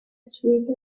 suite